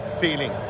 feeling